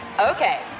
Okay